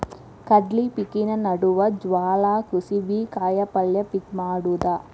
ಕಡ್ಲಿ ಪಿಕಿನ ನಡುವ ಜ್ವಾಳಾ, ಕುಸಿಬಿ, ಕಾಯಪಲ್ಯ ಪಿಕ್ ಮಾಡುದ